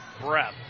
breath